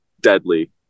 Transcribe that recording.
deadly